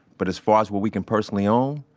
but as far as what we can personally own,